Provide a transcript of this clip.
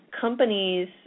companies